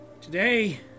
Today